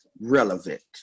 relevant